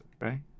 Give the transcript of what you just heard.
right